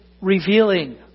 revealing